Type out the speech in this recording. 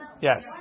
Yes